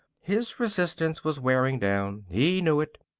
his resistance was wearing down. he knew it.